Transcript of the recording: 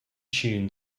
tune